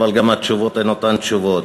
אבל גם התשובות הן אותן תשובות.